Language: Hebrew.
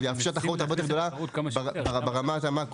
אבל יאפשר תחרות הרבה יותר גדולה ברמת המאקרו.